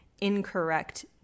incorrect